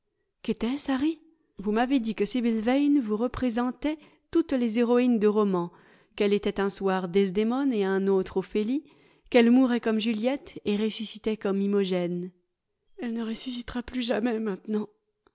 qu'était-ce harry vous m'avez dit que sibyl yane vous représentait toutes les héroïnes de roman qu'elle était un soir desdémone et un autre ophélie qu elle mourait comme juliette et ressuscitait comme imogène elle ne ressuscitera plus jamais maintenant